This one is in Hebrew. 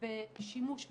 בשימוש בחוק.